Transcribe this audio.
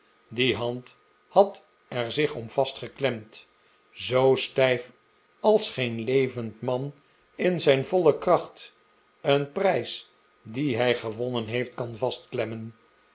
die hand had er zich om vastgeklemd zoostijf als geen levend man in zijn voile kracht een prijs dien hij gewonnen heeft kan